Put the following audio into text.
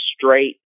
straight